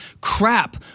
crap